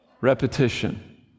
repetition